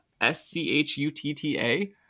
S-C-H-U-T-T-A